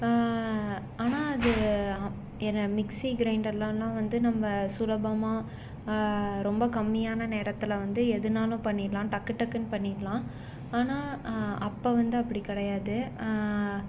ஆனால் அது மிக்சி கிரைண்டர்லனால் வந்து நம்ப சுலபமாக ரொம்ப கம்மியான நேரத்தில் வந்து எதுனாலும் பண்ணிடலாம் டக்கு டக்குன்னு பண்ணிடலாம் ஆனால் அப்போ வந்து அப்படி கிடையாது